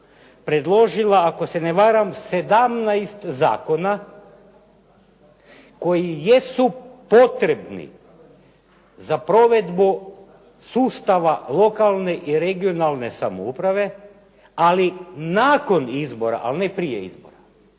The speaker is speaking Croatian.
predložila ako se ne varam 17 zakona koji jesu potrebni za provedbu sustava lokalne i regionalne samouprave, ali nakon izbora, a ne prije izbora,